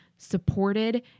supported